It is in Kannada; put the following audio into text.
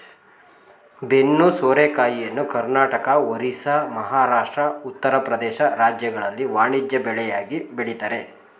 ಬೆನ್ನು ಸೋರೆಕಾಯಿಯನ್ನು ಕರ್ನಾಟಕ, ಒರಿಸ್ಸಾ, ಮಹಾರಾಷ್ಟ್ರ, ಉತ್ತರ ಪ್ರದೇಶ ರಾಜ್ಯಗಳಲ್ಲಿ ವಾಣಿಜ್ಯ ಬೆಳೆಯಾಗಿ ಬೆಳಿತರೆ